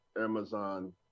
Amazon